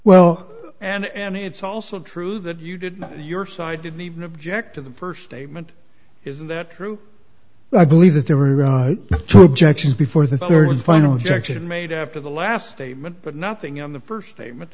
well and it's also true that you did not your side didn't even object to the first statement isn't that true i believe that there were two objections before the third and final objection made after the last statement but nothing on the first statement